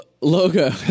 Logo